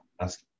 ask